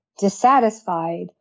dissatisfied